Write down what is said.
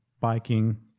biking